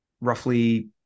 roughly